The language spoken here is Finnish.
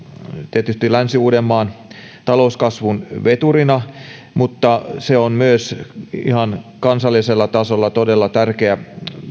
tietysti länsi uudenmaan talouskasvun veturina mutta se on myös ihan kansallisella tasolla todella tärkeä